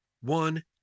one